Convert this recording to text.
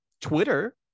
twitter